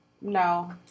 No